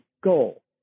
goal